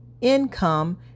income